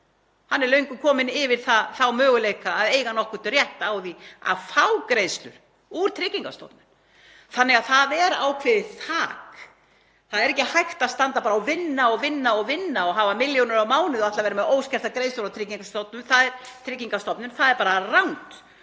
Hann er löngu kominn yfir þá möguleika að eiga nokkurn rétt á því að fá greiðslur frá Tryggingastofnun, það er ákveðið þak. Það er ekki hægt að standa bara og vinna og vinna og vinna og hafa milljónir á mánuði og ætla að vera með óskertar greiðslur frá Tryggingastofnun. Það er bara rangt og það er ósanngjarnt